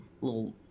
little